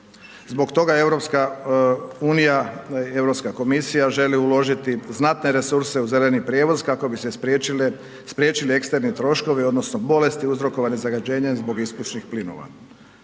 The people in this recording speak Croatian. Zbog toga EU, Europska komisija želi uložiti znatne resurse u zeleni prijevoz kako bi se spriječili eksterni troškovi, odnosno bolesti uzrokovane zagađenjem zbog ispušnih plinova.